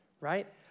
right